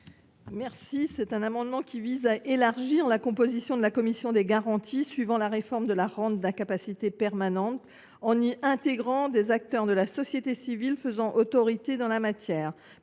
695. Cet amendement vise à élargir la composition de la commission des garanties à la suite de la réforme de la rente d’incapacité permanente en y intégrant des acteurs de la société civile faisant autorité dans le domaine.